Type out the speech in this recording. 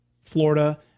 Florida